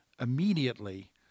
immediately